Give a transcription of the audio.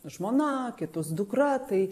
žmona kitus dukra tai